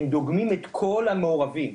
הם דוגמים כת כל המעורבים.